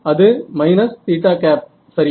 அது சரியா